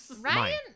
Ryan